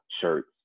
shirts